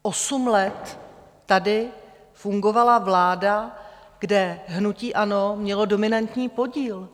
Osm let tady fungovala vláda, kde hnutí ANO mělo dominantní podíl.